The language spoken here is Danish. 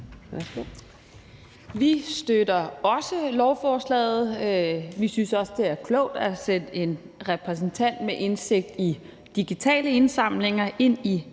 Vi støtter også lovforslaget. Vi synes også, det er klogt at sætte en repræsentant med indsigt i digitale indsamlinger ind i